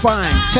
Fine